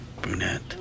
brunette